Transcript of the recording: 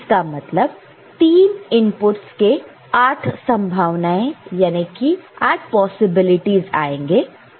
इसका मतलब इन 3 इनपुटस के 8 संभावनाएं आएंगे ट्रूथ टेबल में